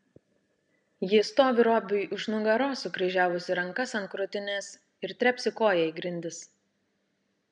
ji stovi robiui už nugaros sukryžiavusi rankas ant krūtinės ir trepsi koja į grindis